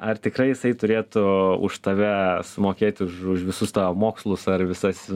ar tikrai jisai turėtų už tave sumokėt už už visus tavo mokslus ar visas